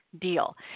deal